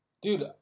Dude